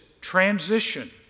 transition